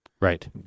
Right